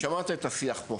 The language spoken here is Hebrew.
שמעת את השיח פה.